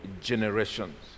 generations